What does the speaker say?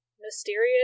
mysterious